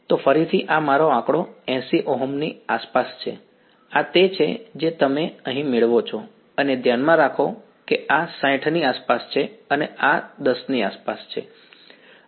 તો ફરીથી આ મારો આંકડો 80 ઓહ્મ ની આસપાસ છે આ તે છે જે તમે અહીં મેળવો છો અને ધ્યાનમાં રાખો કે આ 60 ની આસપાસ છે અને આ 10 ની આસપાસ છે